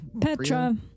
Petra